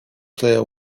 clear